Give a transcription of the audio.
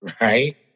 right